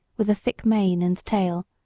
with a thick mane and tail,